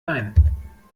ein